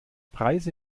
preise